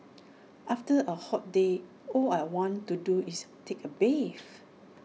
after A hot day all I want to do is take A bath